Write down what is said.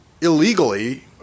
illegally